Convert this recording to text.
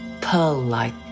Pearl-like